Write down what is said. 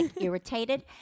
irritated